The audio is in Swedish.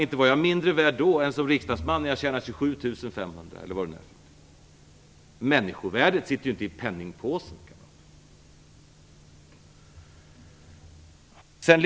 Inte var jag mindre värd då än nu som riksdagsman med en lön på 27 500 eller vad det nu är. Människovärdet ligger ju inte i penningpåsen.